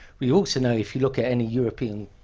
we also know, if you look at any european,